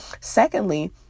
Secondly